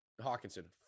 Hawkinson